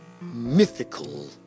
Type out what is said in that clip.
mythical